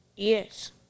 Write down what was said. Yes